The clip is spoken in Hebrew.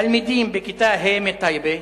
תלמידים מכיתה ה' בטייבה,